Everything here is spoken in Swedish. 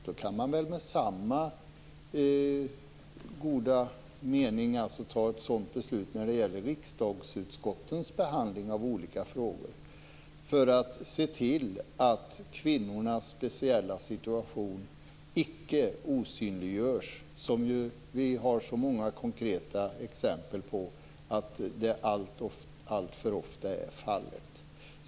Då kan man väl med samma goda mening fatta ett sådant beslut när det gäller riksdagsutskottens behandling av olika frågor för att se till att kvinnornas speciella situation icke osynliggörs, som vi har så många konkreta exempel på alltför ofta är fallet.